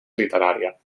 literària